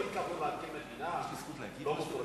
לא התכוונו להקים מדינה לא מפורזת.